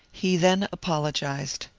he then apologized.